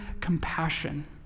compassion